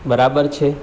બરાબર છે